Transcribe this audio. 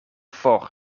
for